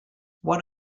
what